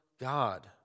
God